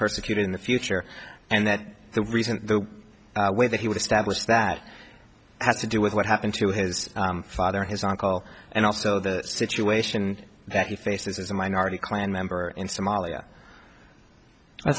persecuted in the future and that the reason the way that he would establish that has to do with what happened to his father his uncle and also the situation that he faces as a minority klan member in somalia i